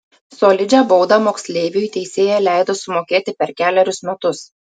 solidžią baudą moksleiviui teisėja leido sumokėti per kelerius metus